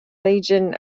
legion